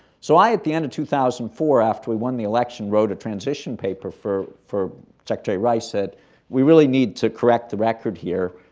so i, at the end of two thousand and four, after we won the election, wrote a transition paper for for secretary rice said we really need to correct the record here.